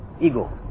Ego